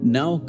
now